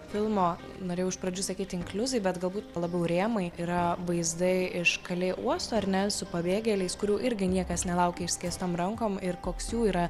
filmo norėjau iš pradžių sakyt inkliuzai bet galbūt labiau rėmai yra vaizdai iš kalė uosto ar ne su pabėgėliais kurių irgi niekas nelaukia išskėstom rankom ir koks jų yra